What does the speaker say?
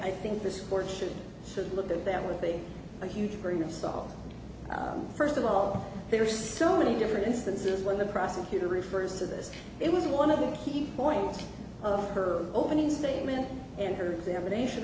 i think this court should should look at that with a huge grain of salt first of all there are so many different instances when the prosecutor refers to this it was one of the key points of her opening statement and her examination